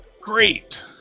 great